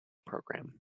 program